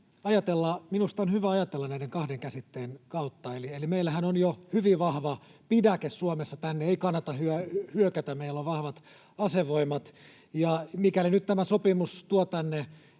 minusta on hyvä ajatella näiden kahden käsitteen kautta. Meillähän on jo hyvin vahva pidäke Suomessa — tänne ei kannata hyökätä, meillä on vahvat asevoimat — ja mikäli nyt tämä sopimus tuo tänne